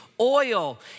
oil